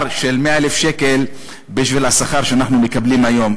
של 100,000 שקל בשביל השכר שאנחנו מקבלים היום.